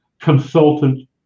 consultant